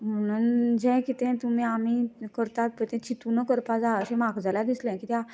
म्हणून जे किते तुमी आमी करतात पय ते चितुनूच करपाक जाय अशे म्हाका जाल्यार दिसले कित्या